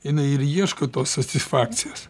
jinai ir ieško tos satisfakcijos